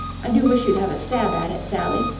i do wish you'd have a stab at it, sally.